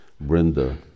Brenda